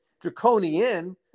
draconian